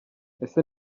ese